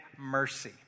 mercy